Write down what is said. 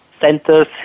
centers